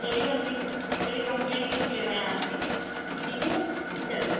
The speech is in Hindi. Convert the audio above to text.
चलिए हम लिख चलिए कंप्लेंट लिख ले रहे हैं आपकी ठीक है चलिए